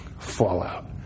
Fallout